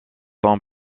ton